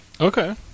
Okay